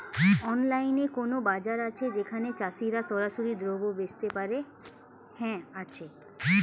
অনলাইনে কোনো বাজার আছে যেখানে চাষিরা সরাসরি দ্রব্য বেচতে পারে?